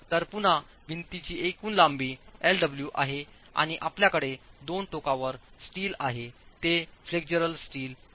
तर पुन्हा भिंतीची एकूण लांबीlw आहेआणि आपल्याकडे दोन टोकांवर स्टील आहे ते फ्लेक्सुरल स्टील आहेत